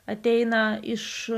ateina iš